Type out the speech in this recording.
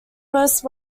most